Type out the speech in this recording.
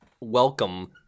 welcome